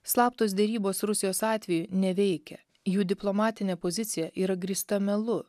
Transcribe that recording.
slaptos derybos rusijos atveju neveikia jų diplomatinė pozicija yra grįsta melu